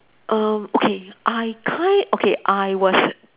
err okay I kind okay I was